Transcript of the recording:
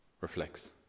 reflects